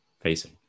facing